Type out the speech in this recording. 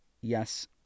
yes